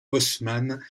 haussmann